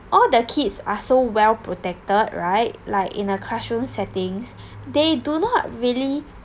all the kids are so well protected right like in a classroom settings they do not really